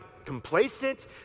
Complacent